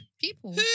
People